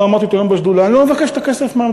וגם אמרתי אותו היום בשדולה: אני לא מבקש את הכסף מהמדינה.